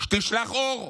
שתשלח אור,